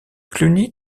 cluny